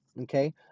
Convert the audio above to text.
okay